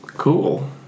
Cool